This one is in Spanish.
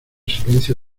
silencio